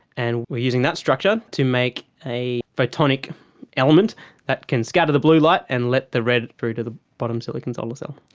and we are using that structure to make a photonic element that can scatter the blue light and let the red through to the bottom silicon solar cell.